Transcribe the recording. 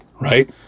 right